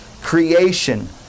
creation